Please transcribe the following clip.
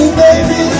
baby